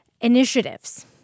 initiatives